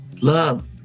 love